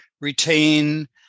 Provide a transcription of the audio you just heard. retain